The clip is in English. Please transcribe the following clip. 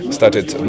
started